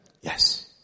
Yes